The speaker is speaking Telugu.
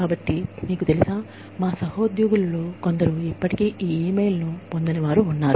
కాబట్టి మీకు తెలుసా మా సహోద్యోగులలో కొందరు ఇప్పటికీ ఈ ఇ మెయిల్ ను పొందని వారు ఉన్నారు